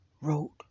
wrote